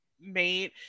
made